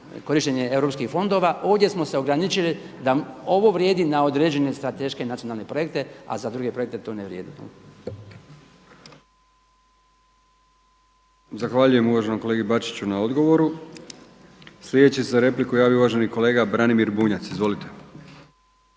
korištenje europskih fondova. Ovdje smo se ograničili da ovo vrijedi na određene strateške nacionalne projekta, a za druge projekte to ne vrijedi. **Brkić, Milijan (HDZ)** Zahvaljujem uvaženom kolegi Bačiću na odgovoru. Sljedeći se za repliku javio uvaženi kolega Branimir Bunjac. Izvolite.